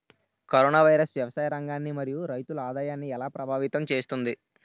Corona virus వ్యవసాయ రంగాన్ని మరియు రైతుల ఆదాయాన్ని ఎలా ప్రభావితం చేస్తుంది?